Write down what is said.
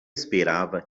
esperava